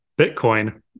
Bitcoin